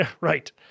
right